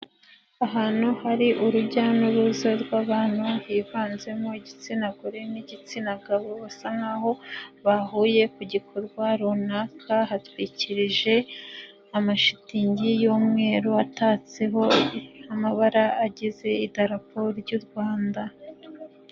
Ahantu hari urujya n'uruza rw'abantu, hivanzemo igitsina gore n'igitsina gabo basa nkaho bahuye ku gikorwa runaka, hatwikirije amashitingi y'umweru atatseho amabara agize idarapo ry'u Rwanda.